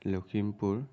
Lakhimpur